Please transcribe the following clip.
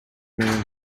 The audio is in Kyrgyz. менен